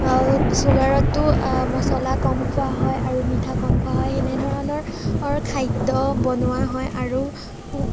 চুগাৰততো মছলা কম খোৱা হয় আৰু মিঠা কম খোৱা হয় সেনেধৰণৰ খাদ্য বনোৱা হয় আৰু